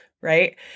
right